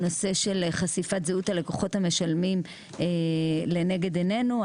הנושא של חשיפת זהות הלקוחות המשלמים הוא לנגד עינינו.